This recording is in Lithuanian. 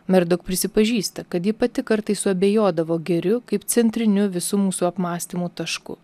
merdok prisipažįsta kad ji pati kartais suabejodavo gėriu kaip centriniu visų mūsų apmąstymų tašku